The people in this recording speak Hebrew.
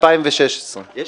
2016. אני קראתי את הצעת החוק.